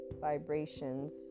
vibrations